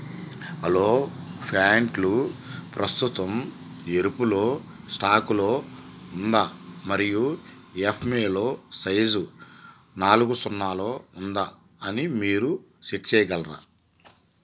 hello ప్యాంట్లు ప్రస్తుతం ఎరుపులో స్టాకులో ఉందా మరియు ఎప్మేలో సైజు నాలుగు సున్నాలో ఉందా అని మీరు చెక్ చేయగలరా